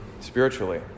spiritually